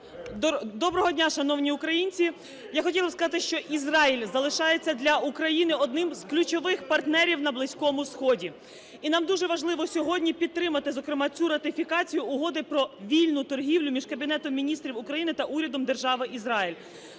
Доброго дня, шановні українці! Я хотіла вам сказати, що Ізраїль залишається для України одним з ключових партнерів на Близькому Сході. І нам дуже важливо сьогодні підтримати, зокрема, цю ратифікацію Угоди про вільну торгівлю між Кабінетом Міністрів України та Урядом Держави Ізраїль,